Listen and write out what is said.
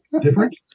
different